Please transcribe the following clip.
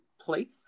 place